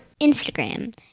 Instagram